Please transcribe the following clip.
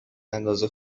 اندازه